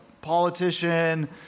politician